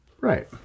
Right